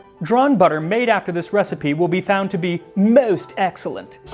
drawn butter made after this recipe will be found to be most excellent